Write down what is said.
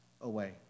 away